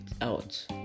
out